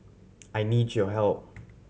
I need your help